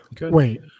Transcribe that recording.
Wait